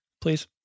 please